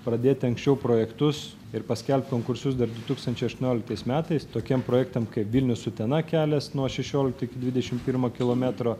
pradėti anksčiau projektus ir paskelbt konkursus dar du tūkstančiai aštuonioliktais metais tokiem projektam kaip vilnius utena kelias nuo šešiolikto iki dvidešim pirmo kilometro